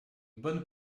bonne